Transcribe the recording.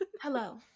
Hello